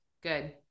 Good